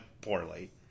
poorly